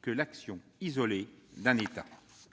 que l'action isolée d'un État.